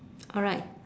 alright